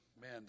Man